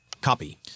Copy